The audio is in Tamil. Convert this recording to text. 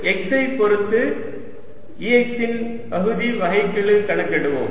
x ஐ பொருத்து Ex இன் பகுதி வகைக்கெழு கணக்கிடுவோம்